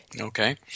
Okay